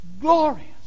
glorious